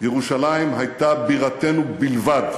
ירושלים הייתה בירתנו בלבד,